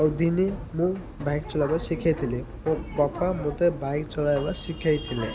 ଆଉ ଦିନେ ମୁଁ ବାଇକ୍ ଚଲାଇବା ଶିଖାଇଥିଲି ମୋ ବାପା ମୋତେ ବାଇକ୍ ଚଲାଇବା ଶିଖାଇଥିଲେ